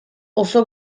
oso